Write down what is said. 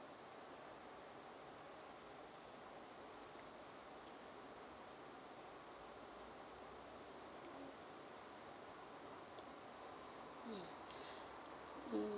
mm mm